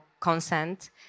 consent